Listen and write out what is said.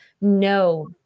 no